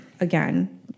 Again